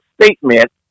statement